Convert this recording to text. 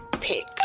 pick